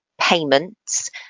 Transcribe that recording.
payments